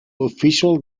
official